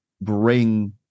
bring